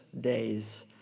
days